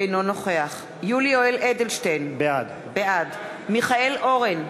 אינו נוכח יולי יואל אדלשטיין, בעד מיכאל אורן,